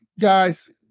guys